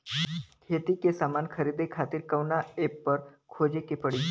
खेती के समान खरीदे खातिर कवना ऐपपर खोजे के पड़ी?